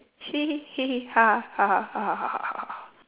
she